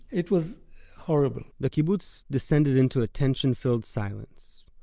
it was horrible the kibbutz descended into a tension-filled silence.